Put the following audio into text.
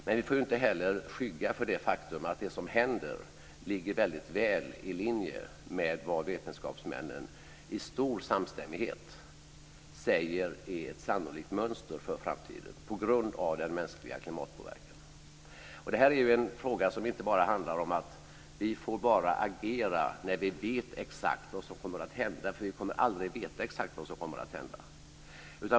Men vi får inte heller skygga för det faktum att det som händer ligger väldigt väl i linje med vad vetenskapsmännen i stor samstämmighet säger är ett sannolikt mönster för framtiden på grund av den mänskliga klimatpåverkan. Det handlar inte bara om att vi ska agera när vi vet exakt vad som kommer att hända, för vi kommer aldrig att veta exakt vad som kommer att hända.